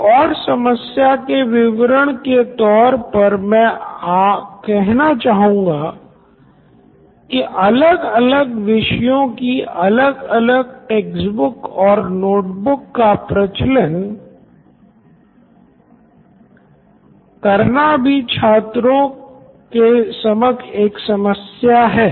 एक और समस्या के विवरण के तौर पर मैं कहना चाहूँगा कि अलग अलग विषयों की अलग अलग टेक्स्टबुक और नोटबुक का प्रचालन करना भी छात्रों के समक्ष एक समस्या हैं